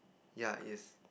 yeah is